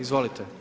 Izvolite.